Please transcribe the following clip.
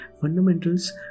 Fundamentals